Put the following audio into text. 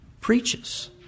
preaches